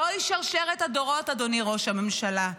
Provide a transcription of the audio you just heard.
זוהי שרשרת הדורות, אדוני ראש הממשלה.